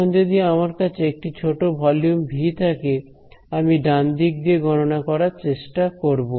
এখন যদি আমরা কাছে একটি ছোট ভলিউম V থাকে আমি ডান দিক দিয়ে গণনা করার চেষ্টা করব